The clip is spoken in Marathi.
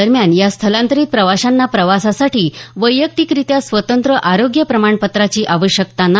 दरम्यान या स्थलांतरित प्रवाशांना प्रवासासाठी वैयक्तिकरित्या स्वतंत्र आरोग्य प्रमाणपत्राची आवश्यकता नाही